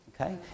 Okay